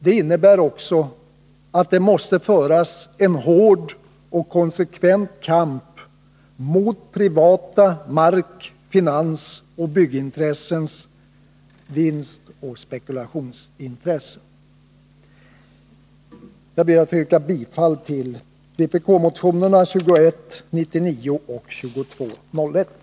Det innebär också att det måste föras en hård och konsekvent kamp mot privata mark-, finansoch byggintressens vinstoch spekulationsbegär. Jag ber att få yrka bifall till vpk-motionerna 2199 och 2201.